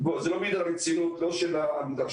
זה לא מעיד על המציאות לא של המדרשה,